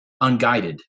unguided